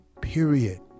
period